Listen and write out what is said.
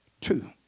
Two